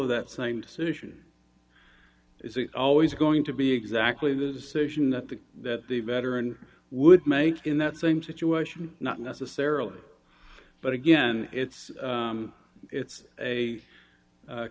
of that same decision is always going to be exactly the decision that the that the veteran would make in that same situation not necessarily but again it's it's a